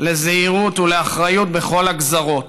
לזהירות ולאחריות בכל הגזרות,